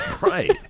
Right